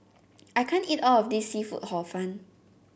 I can't eat all of this seafood Hor Fun